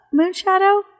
Moonshadow